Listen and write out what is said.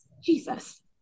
Jesus